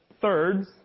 thirds